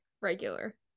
Regular